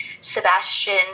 Sebastian